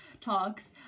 talks